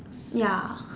ya